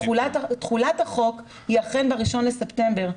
תחולת החוק היא אכן ב-1 בספטמבר.